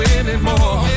anymore